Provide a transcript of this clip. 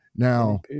Now